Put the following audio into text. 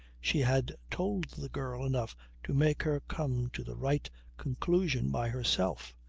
she had told the girl enough to make her come to the right conclusion by herself.